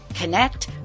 connect